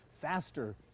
faster